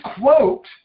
quote